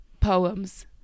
poems